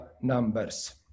numbers